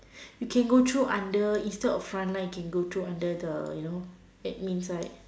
you can go through under instead of fine line you can go through under the you know admin side